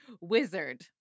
wizard